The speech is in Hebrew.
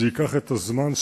זה ייקח זמן,